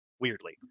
weirdly